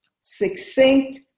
succinct